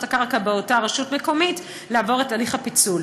הקרקע באותה רשות מקומית לעבור את הליך הפיצול.